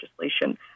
legislation